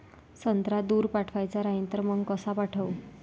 संत्रा दूर पाठवायचा राहिन तर मंग कस पाठवू?